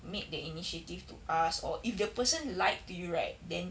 make the initiative to ask or if the person lied to you right then